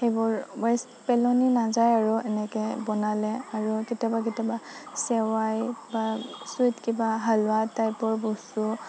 সেইবোৰ ৱেষ্ট পেলনী নাযায় আৰু এনেকে বনালে আৰু কেতিয়াবা কেতিয়াবা ছেৱাই বা ছুইট কিবা হালৱা টাইপৰ বস্তু